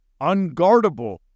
unguardable